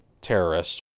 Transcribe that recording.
terrorists